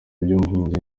by’ubuhinzi